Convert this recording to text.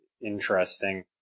interesting